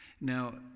now